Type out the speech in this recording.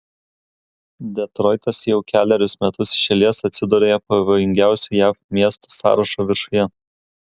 detroitas jau kelerius metus iš eilės atsiduria pavojingiausių jav miestų sąrašo viršuje